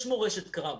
יש מורשת קרב.